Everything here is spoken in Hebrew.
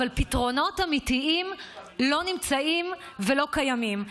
אבל פתרונות אמיתיים לא נמצאים ולא קיימים.